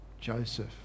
Joseph